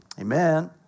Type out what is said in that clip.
Amen